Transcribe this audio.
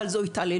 אבל זאת התעללות.